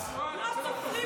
לא סופרים אותך בכלל.